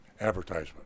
advertisement